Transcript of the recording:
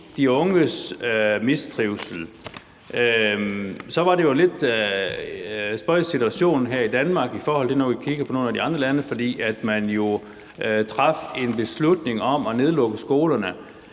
de unges mistrivsel var det jo en lidt spøjs situation her i Danmark, i forhold til når vi kigger på nogle af de andre lande, fordi man jo traf en beslutning om at nedlukke skolerne